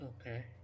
okay